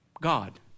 God